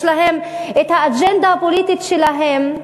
יש להן האג'נדה הפוליטית שלהן,